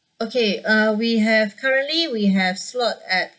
okay uh we have currently we have slot at